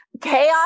chaos